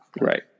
Right